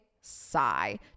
sigh